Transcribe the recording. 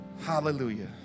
Hallelujah